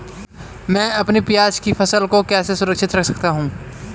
मैं अपनी प्याज की फसल को कैसे सुरक्षित रख सकता हूँ?